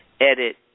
edit